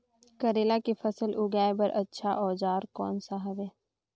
करेला के फसल उगाई बार अच्छा औजार कोन सा हवे?